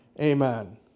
Amen